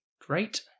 great